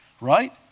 Right